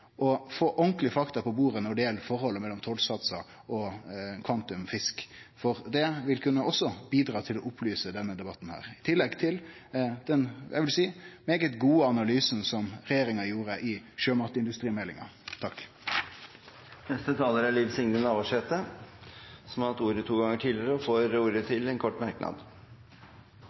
å få ordentlege fakta på bordet når det gjeld forholdet mellom tollsatsar og kvantum fisk, for det vil også kunne bidra til å opplyse denne debatten – i tillegg til, vil eg seie, den svært gode analysen som regjeringa gjorde i sjømatindustrimeldinga. Representanten Liv Signe Navarsete har hatt ordet to ganger tidligere i debatten og får ordet til en kort merknad,